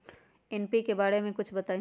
NPK बारे म कुछ बताई?